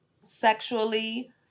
sexually